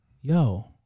yo